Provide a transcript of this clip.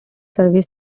service